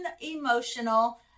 emotional